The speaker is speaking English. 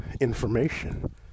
information